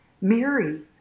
Mary